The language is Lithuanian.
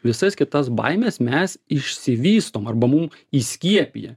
visas kitas baimes mes išsivystom arba mum įskiepija